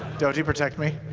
doty, protect me.